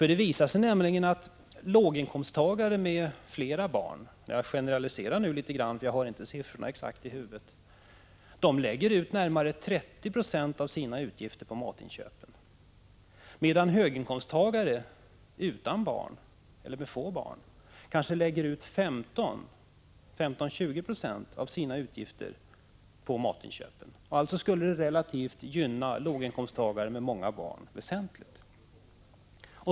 Det visar sig nämligen att låginkomsttagare med flera barn — jag generaliserar nu något, eftersom jag inte har de exakta siffrorna i huvudet — lägger ned närmare 30 90 av sina utgifter på matinköp, medan höginkomsttagare utan barn eller med få barn lägger ned 15-20 96 av sina utgifter på matinköp. Alltså skulle det relativt sett väsentligt gynna låginkomsttagare med många barn.